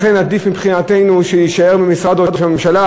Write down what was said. לכן עדיף מבחינתנו שזה יישאר במשרד ראש הממשלה,